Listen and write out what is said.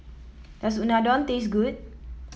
does Unadon taste good